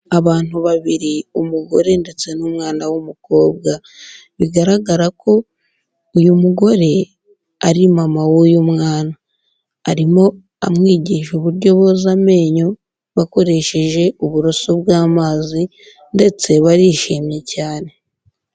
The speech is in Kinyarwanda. Abantu babiri, umugore ndetse n'umwana w'umukobwa. Bigaragara ko uyu mugore, ari mama w'uyu mwana. Arimo amwigisha uburyo boza amenyo, bakoresheje uburoso bw'amazi ndetse barishimye cyane.